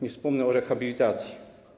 Nie wspomnę o rehabilitacji.